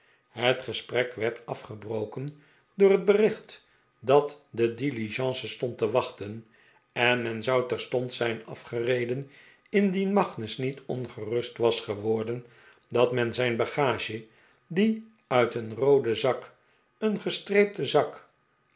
het gesprek werd afgebroken door het bericht dat de diligence stond te wachten en men zou terstond zijn afgereden indien magnus niet ongerust was geworden dat men zijn bagage die uit een rooden zak een gestreepten zak